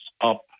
up